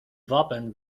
wappen